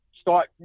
start